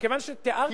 מכיוון שתיארתי לעצמי,